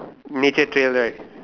nature trail right